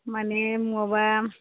मानि मबावबा